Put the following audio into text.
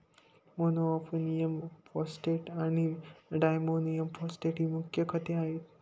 monoammonium phosphate आणि diammonium phosphate ही मुख्य खते आहेत